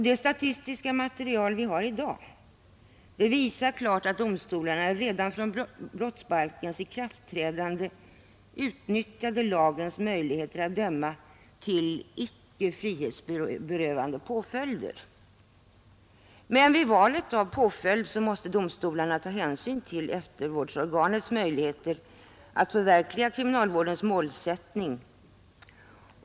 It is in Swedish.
Det statistiska material som vi har i dag visar klart att domstolarna redan från brottsbalkens ikraftträdande utnyttjade lagens möjligheter att döma till icke frihetsberövande påföljder. Men vid valet av påföljd måste domstolarna ta hänsyn till eftervårdsorganisationens möjligheter att förverkliga kriminalvårdens målsättning.